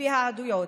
לפי העדויות,